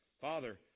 Father